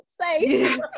safe